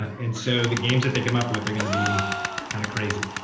and so the games that they come up with are going to be kind of crazy.